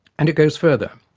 and it goes further.